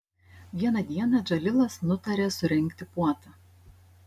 vieną dieną džalilas nutarė surengti puotą